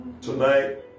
tonight